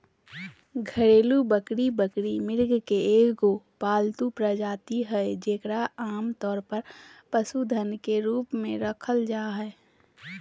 घरेलू बकरी बकरी, मृग के एगो पालतू प्रजाति हइ जेकरा आमतौर पर पशुधन के रूप में रखल जा हइ